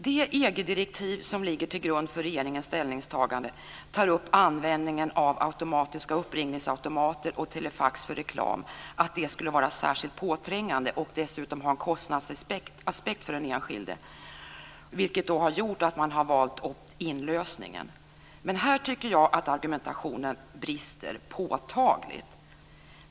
Det EG-direktiv som ligger till grund för regeringens ställningstagande tar upp användningen av automatiska uppringningsautomater och telefax för reklam utifrån att detta skulle vara särskilt påträngande och dessutom innebära en kostnadsaspekt för den enskilde, vilket har gjort att man har valt opt inlösningen. Men här tycker jag att argumentationen brister påtagligt.